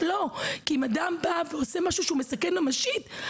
אם אדם עושה משהו מסכן ממשית,